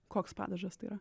koks padažas tai yra